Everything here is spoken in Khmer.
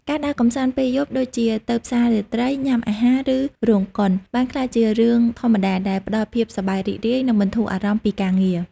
ការដើរកម្សាន្តពេលយប់ដូចជាទៅផ្សាររាត្រី ញ៉ាំអាហារ ឬរោងកុន បានក្លាយជារឿងធម្មតាដែលផ្តល់ភាពសប្បាយរីករាយ និងបន្ធូរអារម្មណ៍ពីការងារ។